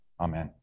Amen